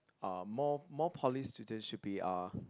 uh more more poly students should be uh